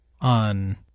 on